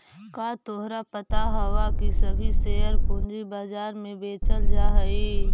का तोहरा पता हवअ की सभी शेयर पूंजी बाजार में बेचल जा हई